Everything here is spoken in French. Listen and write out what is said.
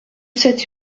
sept